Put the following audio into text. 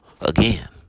Again